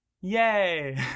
Yay